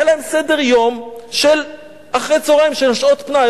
היה להם סדר-יום של אחרי הצהריים של שעות פנאי.